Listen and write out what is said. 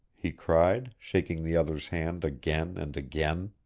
he cried, shaking the other's hand again and again.